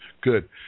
Good